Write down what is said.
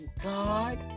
God